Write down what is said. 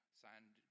signed